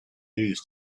news